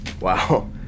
Wow